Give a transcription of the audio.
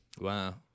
Wow